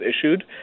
issued